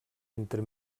entre